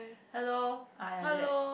hello ah ya that